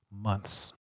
months